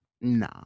Nah